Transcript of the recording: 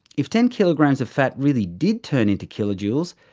if ten kilograms of fat really did turn into kilojoules,